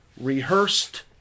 rehearsed